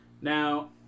Now